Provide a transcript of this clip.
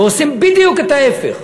ועושים בדיוק את ההפך.